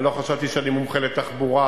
אני לא חשבתי שאני מומחה לתחבורה.